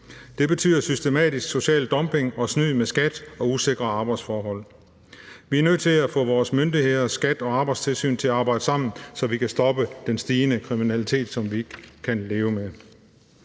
Det betyder systematisk social dumping og snyd med skat og usikre arbejdsforhold. Vi er nødt til at få vores myndigheder, skattevæsen og arbejdstilsyn til at arbejde sammen, så vi kan stoppe den stigende kriminalitet, som vi ikke kan leve med.